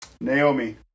Naomi